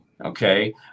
Okay